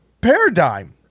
paradigm